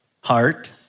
heart